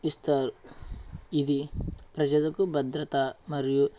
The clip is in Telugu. ఇస్తారు ఇది ప్రజలకు భద్రత మరియు